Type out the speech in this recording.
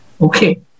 Okay